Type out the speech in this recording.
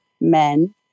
men